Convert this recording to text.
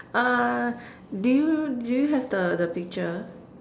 err do you do you have the the picture